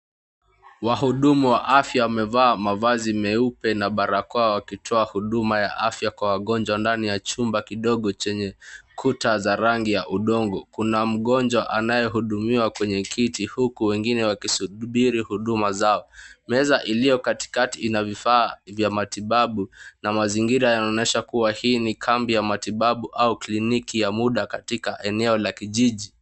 Wahudumu wa afya wamevaa mavazi meupe na barakoa wakitoa huduma ya afya kwa wagonjwa ndani ya chumba kidogo chenye kuta za rangi ya udongo. Kuna mgonjwa anayehudumiwa kwenye kiti huku wengine wakisubiri huduma zao. Meza iliyo katikati ina vifaa vya matibabu na mazingira yanaonyesha kuwa hii ni kambi ya matibabu au kliniki ya muda katika eneo la kijiji.